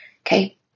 Okay